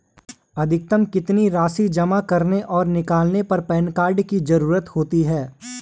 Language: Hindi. अधिकतम कितनी राशि जमा करने और निकालने पर पैन कार्ड की ज़रूरत होती है?